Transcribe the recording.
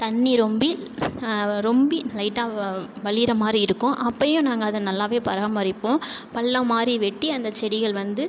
தண்ணீர் ரொம்பி ரொம்பி லைட்டாக வ வழிகிற மாதிரி இருக்கும் அப்பயும் நாங்கள் அதை நல்லாவே பராமரிப்போம் பள்ளம் மாதிரி வெட்டி அந்த செடிகள் வந்து